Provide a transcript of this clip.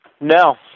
No